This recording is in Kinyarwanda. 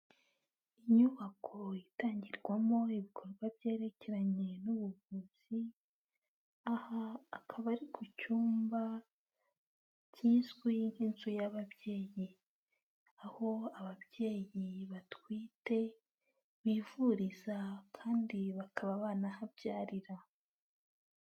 Inyubako itangirwamo ibikorwa byerekeranye n'ubuvuzi, aha akabari ku cyumba kiswe nk'inzu y'ababyeyi, aho ababyeyi batwite bivuriza kandi bakaba banahabyarira.